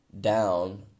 down